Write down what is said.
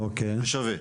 זה שווה.